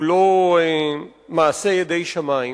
הוא לא מעשה ידי שמים,